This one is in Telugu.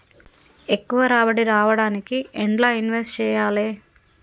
ఎక్కువ రాబడి రావడానికి ఎండ్ల ఇన్వెస్ట్ చేయాలే?